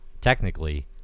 technically